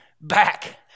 back